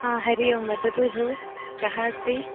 हरिः ओं वदतु भोः कः अस्ति